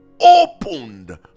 opened